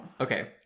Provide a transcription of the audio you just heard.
Okay